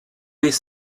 les